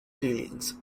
feelings